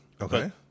Okay